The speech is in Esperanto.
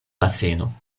baseno